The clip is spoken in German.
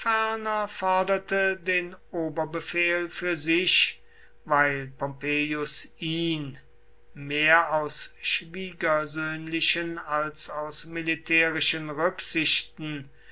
forderte den oberbefehl für sich weil pompeius ihn mehr aus schwiegersöhnlichen als aus militärischen rücksichten